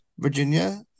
Virginia